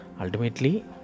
Ultimately